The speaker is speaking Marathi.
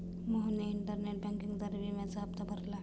मोहनने इंटरनेट बँकिंगद्वारे विम्याचा हप्ता भरला